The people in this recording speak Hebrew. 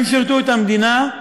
הם שירתו את המדינה,